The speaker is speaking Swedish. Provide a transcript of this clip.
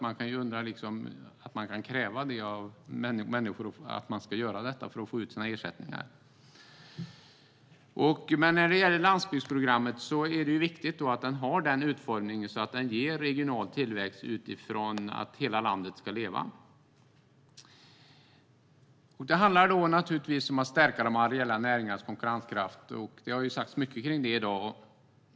Man kan undra hur det kan krävas av människor att de ska göra detta för att få ut sina ersättningar. Det är viktigt att landsbygdsprogrammet har en sådan utformning att det ger regional tillväxt utifrån att hela landet ska leva. Det handlar naturligtvis om att stärka de areella näringarnas konkurrenskraft. Det har sagts mycket om det i dag.